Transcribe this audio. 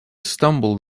stumbled